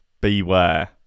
Beware